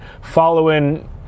following